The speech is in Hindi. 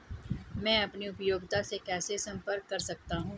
मैं अपनी उपयोगिता से कैसे संपर्क कर सकता हूँ?